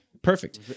Perfect